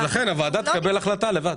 לכן הוועדה תקבל החלטה לבד.